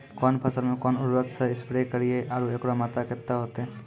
कौन फसल मे कोन उर्वरक से स्प्रे करिये आरु एकरो मात्रा कत्ते होते?